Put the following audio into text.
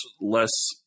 less